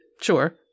Sure